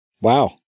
Wow